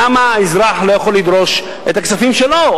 למה האזרח לא יכול לדרוש את הכספים שלו,